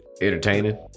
entertaining